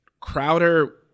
Crowder